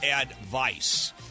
Advice